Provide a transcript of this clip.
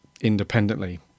independently